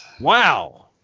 Wow